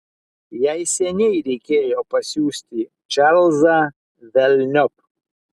jai seniai reikėjo pasiųsti čarlzą velniop